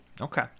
Okay